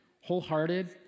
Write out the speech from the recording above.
wholehearted